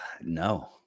No